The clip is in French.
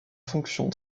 fonctions